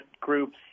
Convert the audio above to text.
groups